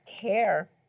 care